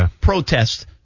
protest